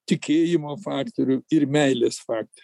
tikėjimo faktorių ir meilės faktorių